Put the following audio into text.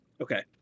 Okay